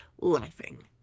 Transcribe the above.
laughing